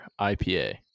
ipa